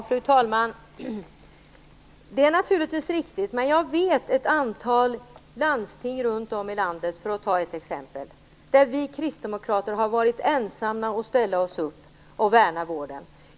Fru talman! Det är naturligtvis riktigt. Men jag vet ett antal landsting runt om i landet, för att ta ett exempel, där vi kristdemokrater har varit ensamma om att ställa oss upp och värna vården.